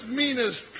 meanest